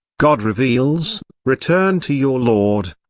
god reveals return to your lord,